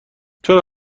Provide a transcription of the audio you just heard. چرا